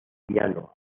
piano